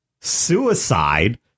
suicide